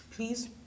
Please